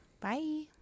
Bye